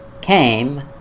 came